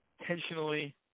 intentionally